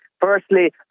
firstly